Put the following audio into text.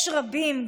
יש רבים,